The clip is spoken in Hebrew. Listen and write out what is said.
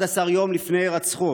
11 יום לפני הירצחו